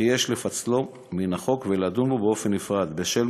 וכי יש לפצלו מן החוק ולדון בו בנפרד בשל